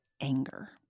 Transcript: anger